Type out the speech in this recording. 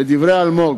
לדברי אלמוג,